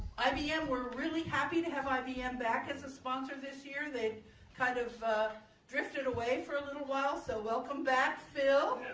ibm! we're really happy to have ibm back as a sponsor this year they've kind of drifted away for little while so welcome back phil!